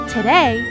Today